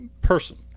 person